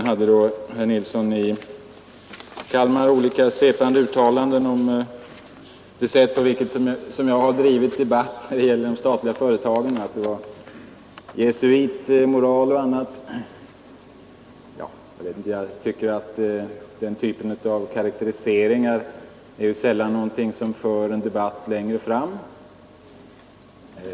Herr Nilsson i Kalmar gjorde olika svepande uttalanden om det sätt på vilket jag drivit debatten när det gäller de statliga företagen och talade om jesuitmoral etc. Ja, jag tycker att den typen av karakteriseringar sällan är något som för en debatt framåt.